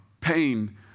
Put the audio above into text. pain